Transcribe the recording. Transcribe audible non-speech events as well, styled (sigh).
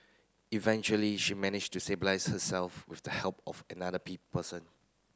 eventually she managed to stabilise herself with the help of another (unintelligible) person